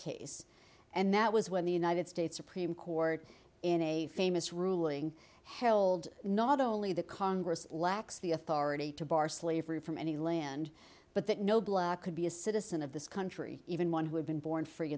case and that was when the united states supreme court in a famous ruling held not only the congress lacks the authority to bar slavery from any land but that no black could be a citizen of this country even one who had been born free